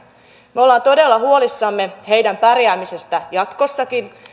me olemme todella huolissamme heidän pärjäämisestään jatkossakin